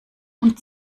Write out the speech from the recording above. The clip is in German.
und